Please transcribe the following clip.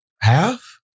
half